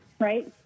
Right